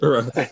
Right